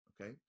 Okay